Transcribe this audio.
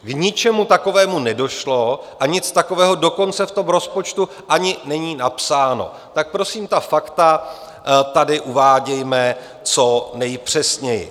K ničemu takovému nedošlo a nic takového dokonce v tom rozpočtu ani není napsáno, tak prosím ta fakta tady uvádějme co nejpřesněji!